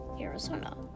Arizona